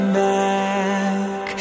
back